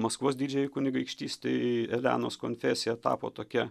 maskvos didžiajai kunigaikštystei elenos konfesija tapo tokia